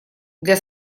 для